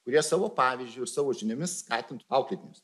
kurie savo pavyzdžiu savo žiniomis skatintų auklėtinius